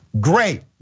Great